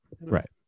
right